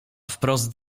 wprost